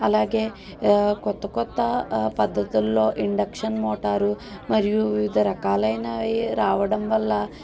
అలాగే కొత్త కొత్త పద్దతుల్లో ఇండక్షన్ మోటారు మరియు వివిధ రకాలయినవి రావడం వల్ల